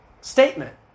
statement